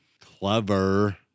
Clever